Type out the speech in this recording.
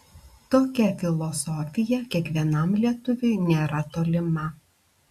tokia filosofija kiekvienam lietuviui nėra tolima